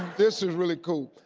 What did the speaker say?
this is really cool.